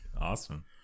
Awesome